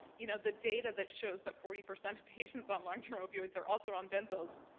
you know the data that shows that forty percent of patients on long-term opioids are also on benzos,